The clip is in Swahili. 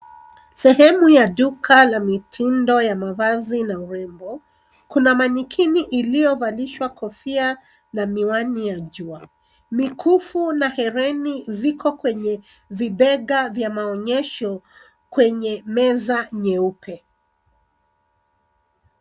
Sehemu ya duka la mitindo ya mavazi na urembo, kuna mannequin iliyovalishwa kofia na miwani ya jua. Mikufu na hereni ziko kwenye vibega vya maonyesho kwenye meza nyeupe.